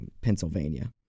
Pennsylvania